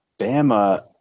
Bama